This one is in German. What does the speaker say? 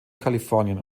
kalifornien